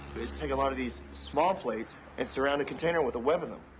is take a lot of these small plates and surround a container with a web of them.